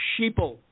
sheeple